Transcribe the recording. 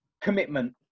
commitment